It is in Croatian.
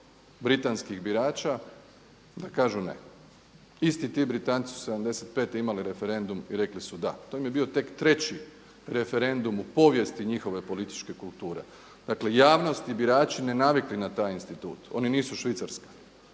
britanskih birača da kažu ne. Isti ti Britanci su 75. imali referendum i rekli su da. To im je bio tek treći referendum u povijesti njihove političke kulture. Dakle, javnost i birači nenavikli na taj institut. Oni nisu Švicarska